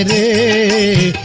a